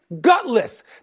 gutless